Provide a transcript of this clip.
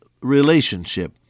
relationship